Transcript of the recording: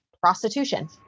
prostitution